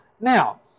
Now